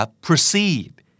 proceed